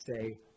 say